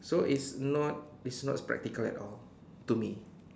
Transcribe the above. so it's not it's not practical at all to me